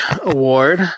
Award